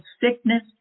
sickness